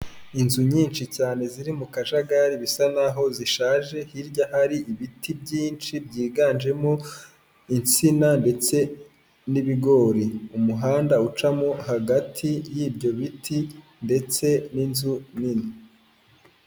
Inzu nyinshi cyane ziri mu kajagari bisa nkaho zishaje hirya ari ibiti byinshi byiganjemo insina ndetse n'ibigori umuhanda ucamo hagati y'ibyo biti ndetse n'inzu nini.